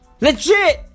Legit